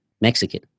Mexican